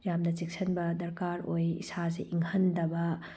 ꯌꯥꯝꯅ ꯆꯦꯛꯁꯤꯟꯕ ꯗꯔꯀꯥꯔ ꯑꯣꯏ ꯏꯁꯥꯁꯤ ꯏꯪꯍꯟꯗꯕ